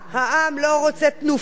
העם לא רוצה תנופה.